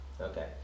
Okay